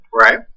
Right